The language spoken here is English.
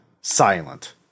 silent